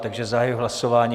Takže zahajuji hlasování.